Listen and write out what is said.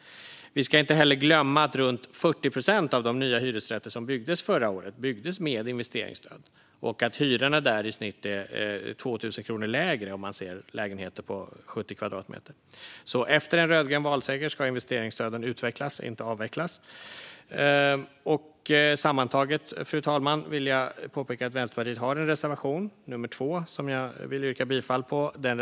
Vi ska inte heller glömma att runt 40 procent av de nya hyresrätter som byggdes förra året byggdes med investeringsstöd och att hyrorna där i snitt är 2 000 kronor lägre om man ser till lägenheter på 70 kvadratmeter. Efter en rödgrön valseger ska investeringsstöden därför utvecklas - inte avvecklas. Sammantaget, fru talman, vill jag påpeka att Vänsterpartiet har en reservation, nummer 2, som jag vill yrka bifall till.